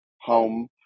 home